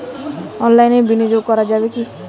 অনলাইনে বিনিয়োগ করা যাবে কি?